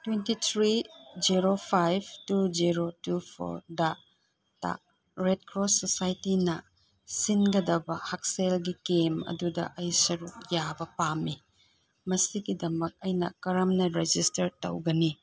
twenty three zero five two zero two ꯐꯣꯔꯗ red cross ꯁꯣꯁꯥꯏꯇꯤꯅ ꯁꯤꯟꯒꯗꯕ ꯍꯛꯁꯦꯜꯒꯤ ꯀꯦꯝ ꯑꯗꯨꯗ ꯑꯩ ꯁꯔꯨꯛ ꯌꯥꯕ ꯄꯥꯝꯃꯤ ꯃꯁꯤꯒꯤꯗꯃꯛ ꯑꯩꯅ ꯀꯔꯝꯅ ꯔꯦꯖꯤꯁꯇꯔ ꯇꯧꯒꯅꯤ